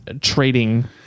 trading